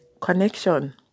connection